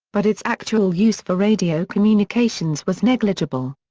but its actual use for radio communications was negligible.